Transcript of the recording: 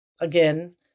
again